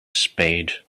spade